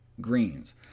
greens